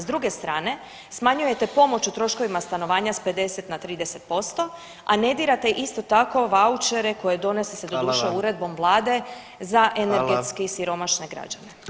S druge strane, smanjujete pomoć u troškovima stanovanja s 50 na 30%, a ne dirate isto tako, vaučere koje [[Upadica: Hvala vam.]] donose se, doduše uredbom Vlade za energetski siromašne [[Upadica: Hvala.]] građane.